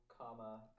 comma